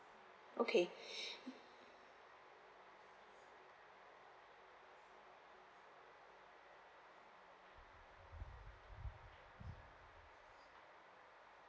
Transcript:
okay